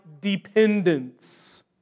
dependence